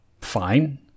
fine